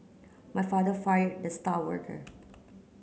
my father fired the star worker